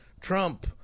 Trump